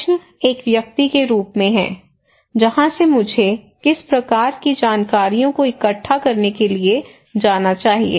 प्रश्न एक व्यक्ति के रूप में है जहां से मुझे किस प्रकार की जानकारियों को इकट्ठा करने के लिए जाना चाहिए